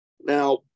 now